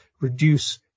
reduce